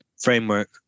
framework